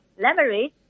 leverage